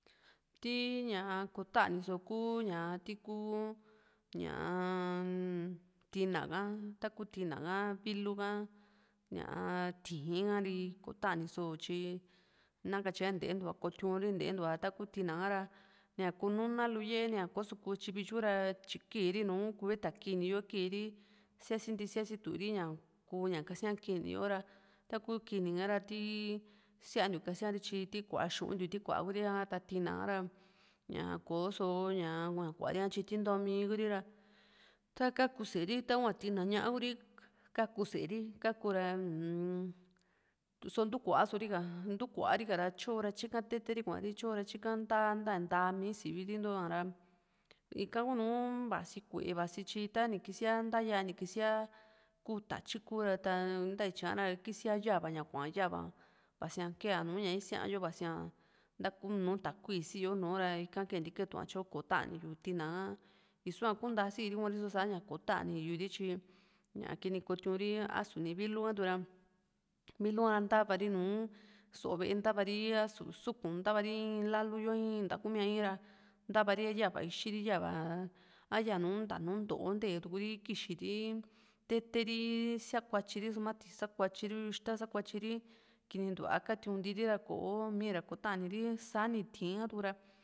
ti ña kotani só kú ti kuu ñaa tina ka taku tina ka vilu ka ña tí´in ka ri kotani so tyi nakatye ntee ntua kotiu´n ri ntentua taku tina ka´ra ni´a kununa lu ye´e ni´a ko´so kutyi vityura tyi kiiri nú kubeta kini yo kiiri síasi ntii síasi tu ri ña kuu ña kasía kini yo ra taku kini ka ra tii síantiu kasía ri tyi ti kua xu´un niu ti kua ku´ri ka ra ta tina ka ra ñaa ko´so ña kua´ri ka tyi ti ntoomi Kuri ra ta kaku sée ri takua tina ñá´a Kuri ka´ku sée ri ka´ku ra uu-m só ntuu kua´sori ka ntu´kuari ka ra tyo ra tyika tete ri kua´ri tyo ra tyika ntá nta mi sivi ri ntoo´a ra ika kuunu vasi ku´e vasi tyi tani kísia nta´ya ni kísia ku tatyi kuu ra ntaityi´a ra kísia yava ña kua´ña yava vasi´a kee a nùùísia yo vasia taku nu takui sii yo nùù ra ika keentike tu´a tyo kotani yu tina ká u´sua kuntasiri hua riso ña kotaniyu ri tyi ña ki´ni kotoiun ri asu ni vilu ha tuku ra vilu ka´ra ntava ri nùù so´o ve´e ntava ri asu suku´n ntava ri in lalu yo in ntakumía in ra ntabari ra yava ixi ri yava a yanu nta nùù nto´o ntee tuku ri kixii ri teteri sakuatyi ri súmati sakuatyi ri yu´u ixta sakuatyui ri kinintuva katiun nti ri ra kò´o mii ra kotanii ri sa´ni ti´ín ha tuku ra